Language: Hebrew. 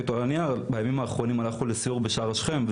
בימים האחרונים הלכנו לסיור בשער שכם,